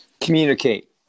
communicate